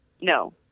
no